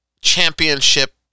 championship